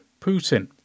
Putin